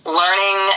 learning